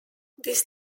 this